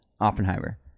Oppenheimer